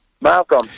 Malcolm